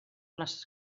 les